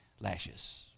lashes